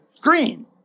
green